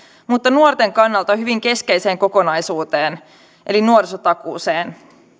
mutta nuorten kannalta hyvin keskeiseen kokonaisuuteen eli nuorisotakuuseen